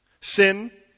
Sin